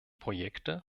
projekte